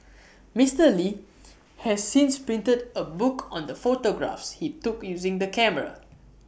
Mister li has since printed A book on the photographs he took using the camera